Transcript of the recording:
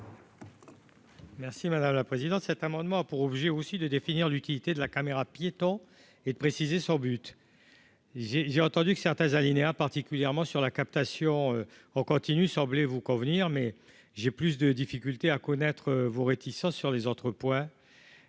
Merci madame la présidente, cet amendement a pour objet aussi de définir l'utilité de la caméra piéton et de préciser son but. J'ai, j'ai entendu que certains alinéas particulièrement sur la captation en continu semblé vous convenir mais j'ai plus de difficultés à connaître vos réticences sur les autres points